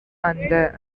அந்த